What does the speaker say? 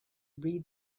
read